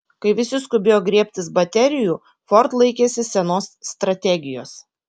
kai visi skubėjo griebtis baterijų ford laikėsi senos strategijos